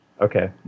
Okay